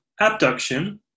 abduction